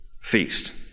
feast